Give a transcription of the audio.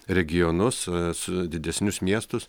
regionus su didesnius miestus